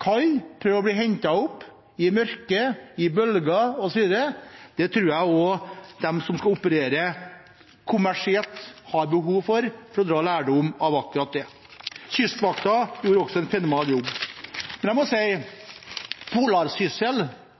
kalde, prøve å bli hentet opp i mørket, i bølger osv. Det tror jeg også de som opererer kommersielt, har behov for å dra lærdom av. Kystvakten gjør også en fenomenal jobb. Men jeg må si: